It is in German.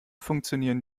funktionieren